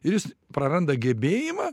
ir jis praranda gebėjimą